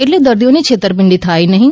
એટલે દર્દીઓની છેતરપિંડી થાય નહીં